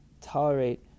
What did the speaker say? tolerate